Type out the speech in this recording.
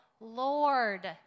Lord